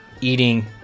eating